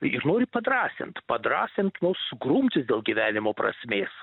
ir nori padrąsint padrąsint mus grumtis dėl gyvenimo prasmės